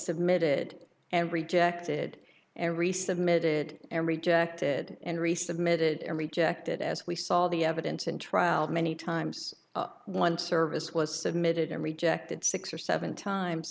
submitted and rejected every submitted and rejected and resubmitted and rejected as we saw the evidence in trials many times one service was submitted and rejected six or seven times